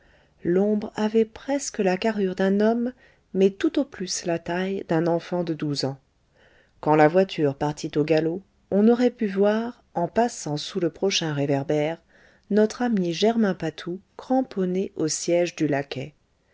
l'ombre avait presque la carrure d'un homme mais tout au plus la taille d'un enfant de douze ans quand la voiture partit au galop on aurait pu voir en passant sous le prochain réverbère notre ami germain patou cramponné au siège du